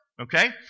okay